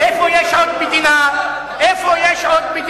איפה יש עוד מדינה, תראה